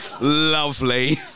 lovely